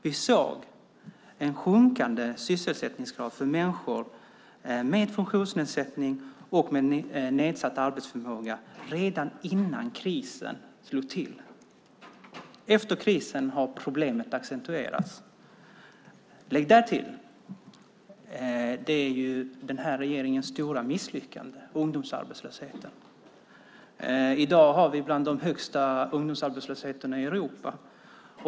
Vi såg en sjunkande sysselsättningsnivå för människor med funktionsnedsättning och nedsatt arbetsförmåga redan innan krisen slog till, och efter krisen har problemet accentuerats. Lägg därtill denna regerings stora misslyckande, ungdomsarbetslösheten. Den är en av de högsta i Europa.